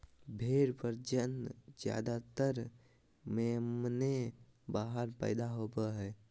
भेड़ प्रजनन ज्यादातर मेमने बाहर पैदा होवे हइ